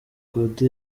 gusa